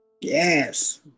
Yes